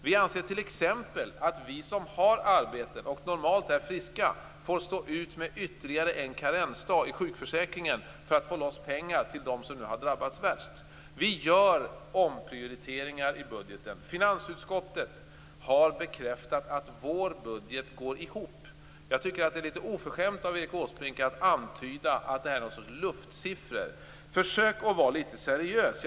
Vi anser t.ex. att vi som har arbeten och normalt är friska får stå ut med ytterligare en karensdag i sjukförsäkringen för att få loss pengar till dem som nu har drabbats värst. Vi gör omprioriteringar i budgeten. Finansutskottet har bekräftat att vår budget går ihop. Jag tycker att det är litet oförskämt av Erik Åsbrink att antyda att det är någon sorts luftsiffror. Försök att vara litet seriös.